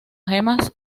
gemas